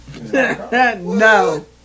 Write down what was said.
No